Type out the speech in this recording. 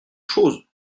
chose